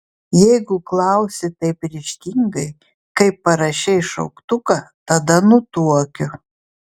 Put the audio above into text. jeigu klausi taip ryžtingai kaip parašei šauktuką tada nutuokiu